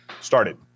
started